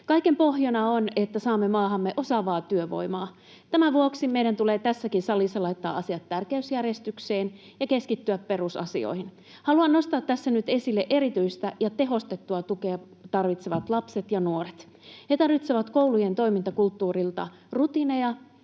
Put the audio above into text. Kaiken pohjana on, että saamme maahamme osaavaa työvoimaa. Tämän vuoksi meidän tulee tässäkin salissa laittaa asiat tärkeysjärjestykseen ja keskittyä perusasioihin. Haluan nostaa tässä nyt esille erityistä ja tehostettua tukea tarvitsevat lapset ja nuoret. He tarvitsevat koulujen toimintakulttuurilta rutiineja,